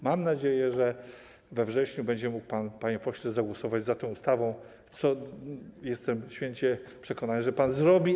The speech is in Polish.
Mam nadzieję, że we wrześniu będzie mógł pan, panie pośle, zagłosować za tą ustawą, co, jestem święcie przekonany, że pan zrobi.